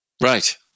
Right